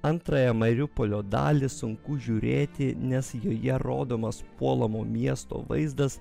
antrąją mariupolio dalį sunku žiūrėti nes joje rodomas puolamo miesto vaizdas